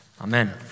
Amen